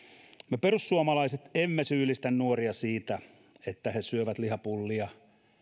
me perussuomalaiset emme syyllistä nuoria siitä että he syövät lihapullia